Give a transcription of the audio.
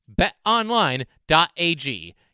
BetOnline.ag